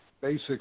basic